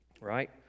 Right